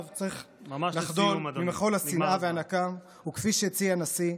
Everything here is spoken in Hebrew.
עכשיו צריך לחדול מכל השנאה והנקם וכפי שהציע הנשיא,